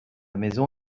maison